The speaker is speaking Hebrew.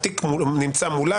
התיק נמצא מולם,